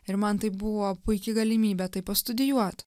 ir man tai buvo puiki galimybė tai pastudijuot